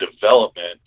development